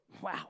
Wow